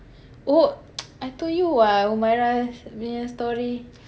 oh I told you Humaira punya story